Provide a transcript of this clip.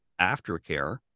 aftercare